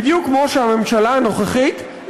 בדיוק כמו שהממשלה הנוכחית,